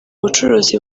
bucuruzi